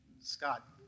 Scott